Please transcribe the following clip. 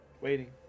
Waiting